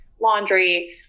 laundry